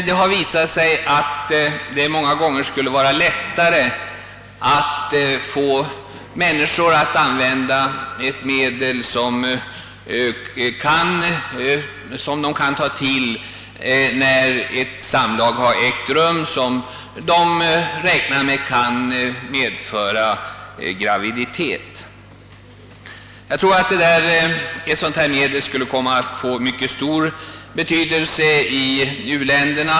Det har visat sig att det skulle vara lättare att få människor att använda ett medel, som de kan ta till när ett samlag har ägt rum och de kan räkna med att det kommer att medföra graviditet. Jag tror att ett sådant medel skulle få mycket stor betydelse i u-länderna.